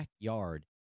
backyard